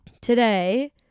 Today